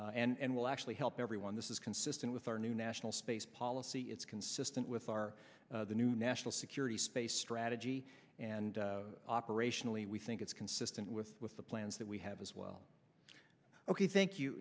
and will actually help everyone this is consistent with our new national space policy it's consistent with our new national security space strategy and operationally we think it's consistent with with the plans that we have as well ok thank you